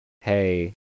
hey